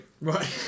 right